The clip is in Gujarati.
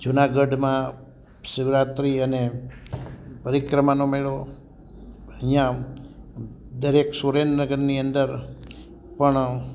જુનાગઢમાં શિવરાત્રી અને પરિક્રમાનો મેળો અહીંયાં દરેક સુરેન્દ્રનગરની અંદર પણ